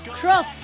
cross